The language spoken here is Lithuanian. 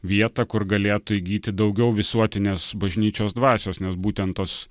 vietą kur galėtų įgyti daugiau visuotinės bažnyčios dvasios nes būtent tos